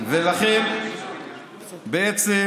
ולכן בעצם